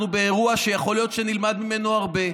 אנחנו באירוע שיכול להיות שנלמד ממנו הרבה,